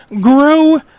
Grow